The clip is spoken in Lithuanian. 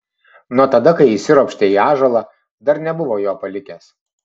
nuo tada kai įsiropštė į ąžuolą dar nebuvo jo palikęs